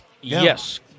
Yes